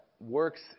works